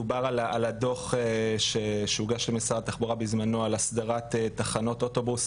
דובר על הדוח שהוגש למשרד התחבורה בזמנו על הסדרת תחנות אוטובוס